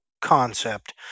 concept